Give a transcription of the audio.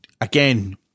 again